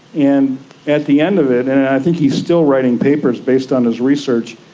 and at the end of it, and i think he is still writing papers based on his research,